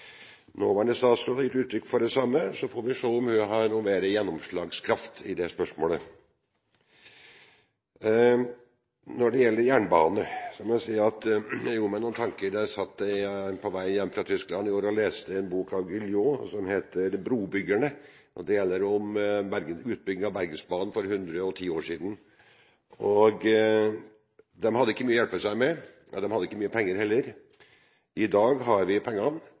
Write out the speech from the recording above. Nåværende statsråd har gitt uttrykk for det samme – så får vi se om hun har noe mer gjennomslagskraft i det spørsmålet. Når det gjelder jernbane, må jeg si at jeg gjorde meg noen tanker da jeg satt på vei hjem fra Tyskland i går og leste en bok av Guillou som heter Brobyggerne, som handler om utbyggingen av Bergensbanen for 110 år siden. De hadde ikke mye å hjelpe seg med, de hadde ikke mye penger heller. I dag har vi pengene,